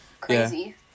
crazy